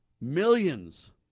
millions